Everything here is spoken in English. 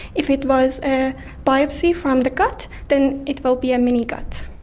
if it was a biopsy from the gut, then it will be a mini gut.